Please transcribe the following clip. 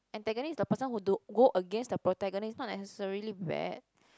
antagonist is the person who do go against the protagonist not necessarily bad